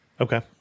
Okay